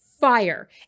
fire